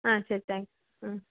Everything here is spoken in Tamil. ஆ சரி தேங்க்ஸ் ம்